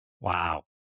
Wow